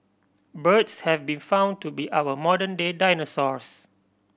birds have been found to be our modern day dinosaurs